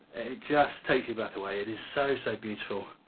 just takes your breath away, it is so, so beautiful,